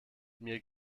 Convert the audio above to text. mir